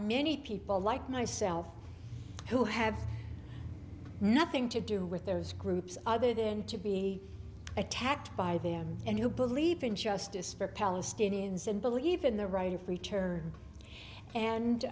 many people like myself who have nothing to do with those groups other than to be attacked by them and who believe in justice for palestinians and believe in the right of return and